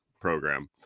program